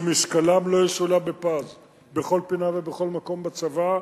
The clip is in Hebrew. שמשקלם לא יסולא בפז בכל פינה ובכל מקום בצבא.